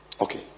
okay